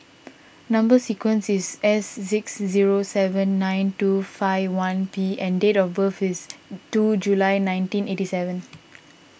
Number Sequence is S six zero seven nine two five one P and date of birth is two July nineteen eighty seven